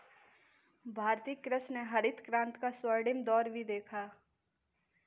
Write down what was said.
भारतीय कृषि ने हरित क्रांति का स्वर्णिम दौर भी देखा